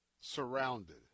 surrounded